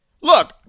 look